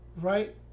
right